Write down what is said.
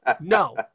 no